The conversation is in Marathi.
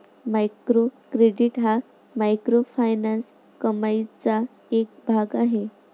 मायक्रो क्रेडिट हा मायक्रोफायनान्स कमाईचा एक भाग आहे